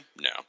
No